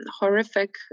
horrific